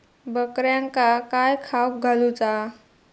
बकऱ्यांका काय खावक घालूचा?